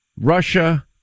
Russia